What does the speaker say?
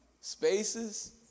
spaces